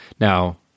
now